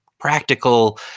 practical